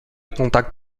contact